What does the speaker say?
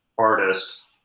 artist